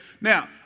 now